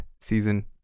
season